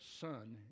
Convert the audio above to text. son